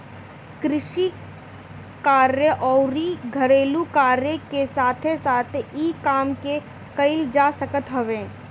कृषि कार्य अउरी अउरी घरेलू काम के साथे साथे इ काम के कईल जा सकत हवे